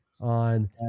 on